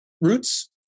roots